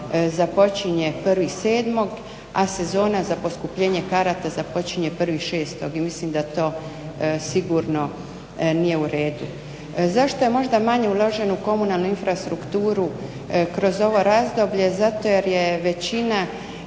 započinje 01.07., a sezona za poskupljenje karata započinje 01.06. i mislim da to sigurno nije u redu. Zašto možda manje ulažemo u komunalnu infrastrukturu kroz ovo razdoblje? Zato jer je većina